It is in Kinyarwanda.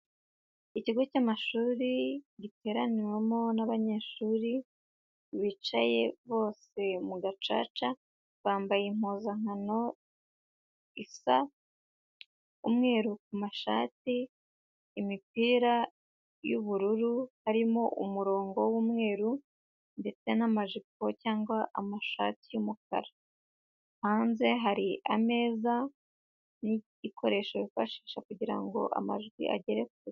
Ikigo cy'amashuri giteraniwemo n'abanyeshuri, bicaye bose mu gacaca, bambaye impuzankano isa umweru ku mashati, imipira y'ubururu harimo umurongo w'umweru ndetse n'amajipo cyangwa amashati y'umukara, hanze hari ameza n'igikoresho bifashisha kugira ngo amajwi agere kure.